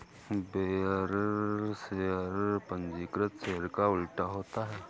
bearer share पंजीकृत share का उल्टा होता है